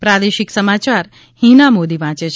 પ્રાદેશિક સમાચાર હિના મોદી વાંચે છે